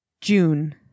June